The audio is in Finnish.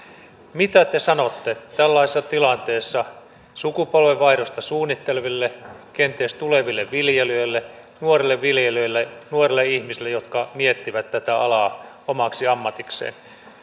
mitä te sanotte tällaisessa tilanteessa sukupolvenvaihdosta suunnitteleville kenties tuleville viljelijöille nuorille viljelijöille nuorille ihmisille jotka miettivät tätä alaa omaksi ammatikseen